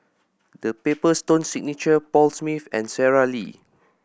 The Paper Stone Signature Paul Smith and Sara Lee